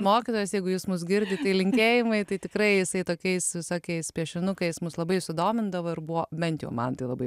mokytojas jeigu jūs mus girdit tai linkėjimai tai tikrai jisai tokiais visokiais piešinukais mus labai sudomindavo ir buvo bent jau man tai labai